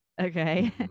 Okay